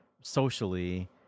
socially